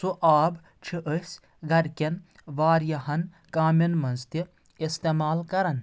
سُہ آب چھِ أسۍ گرِکؠن واریاہَن کامؠن منٛز تہِ اِستعمال کران